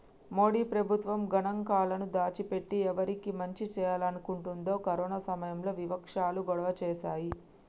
మోడీ ప్రభుత్వం గణాంకాలను దాచి పెట్టి ఎవరికి మంచి చేయాలనుకుంటుందని కరోనా సమయంలో వివక్షాలు గొడవ చేశాయి